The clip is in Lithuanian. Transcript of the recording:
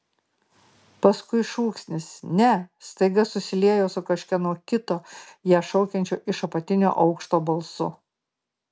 paskui šūksnis ne staiga susiliejo su kažkieno kito ją šaukiančio iš apatinio aukšto balsu